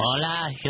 Hola